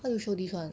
how to show this one